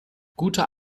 guter